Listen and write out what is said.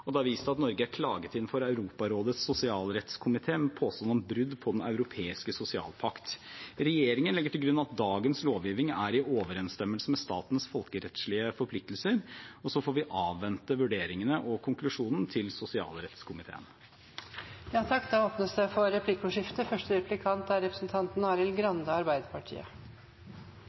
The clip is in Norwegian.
og det er vist til at Norge er klaget inn for Europarådets sosialrettskomité med påstand om brudd på Den europeiske sosialpakt. Regjeringen legger til grunn at dagens lovgivning er i overensstemmelse med statens folkerettslige forpliktelser, og så får vi avvente vurderingene og konklusjonen til sosialrettskomiteen. Det blir replikkordskifte. Mitt spørsmål var egentlig om det